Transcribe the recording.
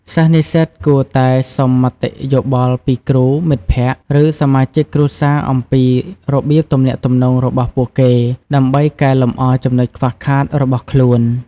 សិស្សនិស្សិតគួរតែសុំមតិយោបល់ពីគ្រូ មិត្តភក្តិ ឬសមាជិកគ្រួសារអំពីរបៀបទំនាក់ទំនងរបស់ពួកគេ ដើម្បីកែលម្អចំណុចខ្វះខាតរបស់ខ្លួន។